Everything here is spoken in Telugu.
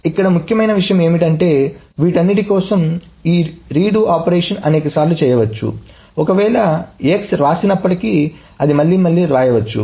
ఇక్కడ ముఖ్యమైన విషయం ఏమిటంటే వీటన్నిటి కోసం ఈ రీడో ఆపరేషన్ అనేకసార్లు చేయవచ్చుఒకవేళ x వ్రాసినప్పటికీ అది మళ్లీ మళ్లీ వ్రాయవచ్చు